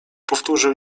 powtórzył